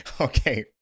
Okay